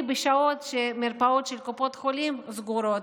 בשעות שהמרפאות של קופות החולים סגורות.